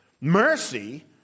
mercy